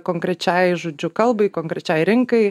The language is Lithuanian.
konkrečiai žodžiu kalbai konkrečiai rinkai